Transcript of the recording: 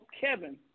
Kevin